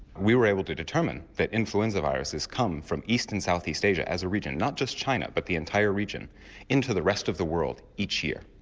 we were able to determine that influenza viruses come from east and south-east asia as a region, not just china but the entire region into the rest of the world each year.